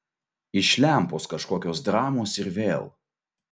iš lempos kažkokios dramos ir vėl